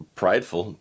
prideful